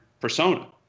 persona